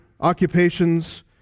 occupations